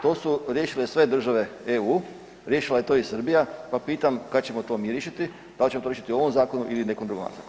To su riješile sve države EU, riješila je to i Srbija, pa pitam kad ćemo to mi riješiti, dal ćemo to riješiti u ovom zakonu ili nekom drugom zakonu?